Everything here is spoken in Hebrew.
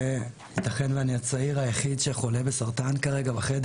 ייתכן שאני הצעיר היחיד שחולה כאן בחדר.